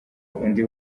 undi